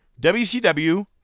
WCW